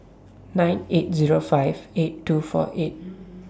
nine eight Zero five eight two four eight